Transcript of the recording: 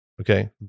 Okay